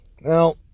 Now